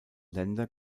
länder